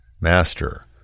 Master